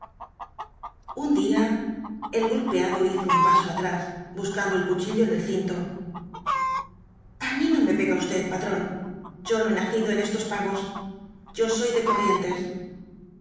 un día el golpeado hizo un paso atrás buscando el cuchillo en el cinto a mí no me pega usted patrón yo no he nacido ea estos pagos yo soy de corrientes